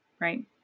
Right